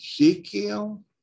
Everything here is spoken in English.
Ezekiel